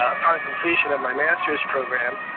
ah upon completion of my master's program,